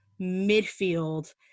midfield